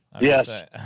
yes